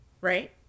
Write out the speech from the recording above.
right